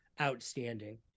outstanding